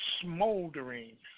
smoldering